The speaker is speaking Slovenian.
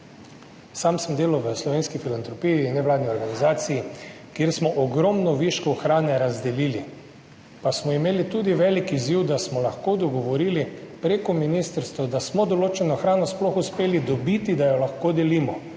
Sam sem delal v Slovenski filantropiji, nevladni organizaciji, kjer smo ogromno viškov hrane razdelili, pa smo imeli tudi velik izziv, da smo se lahko dogovorili preko ministrstev, da smo določeno hrano sploh uspeli dobiti, da jo lahko delimo,